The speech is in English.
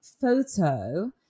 photo